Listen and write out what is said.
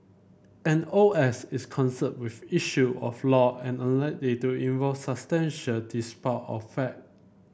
an O S is concerned with issue of law and to involve substantial of fact